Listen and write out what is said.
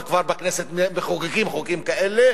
וכבר בכנסת מחוקקים חוקים כאלה,